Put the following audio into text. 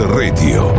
radio